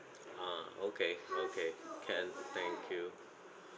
ah okay okay can thank you